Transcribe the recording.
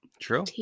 True